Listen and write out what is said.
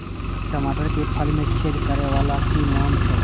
टमाटर के फल में छेद करै वाला के कि नाम छै?